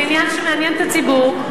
זה עניין שמעניין את הציבור,